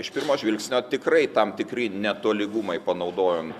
iš pirmo žvilgsnio tikrai tam tikri netolygumai panaudojant